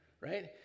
right